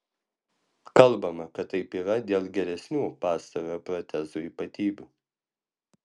kalbama kad taip yra dėl geresnių pastarojo protezų ypatybių